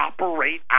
operate